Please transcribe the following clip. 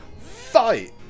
Fight